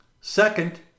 Second